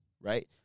right